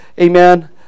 amen